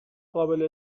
قابل